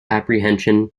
apprehension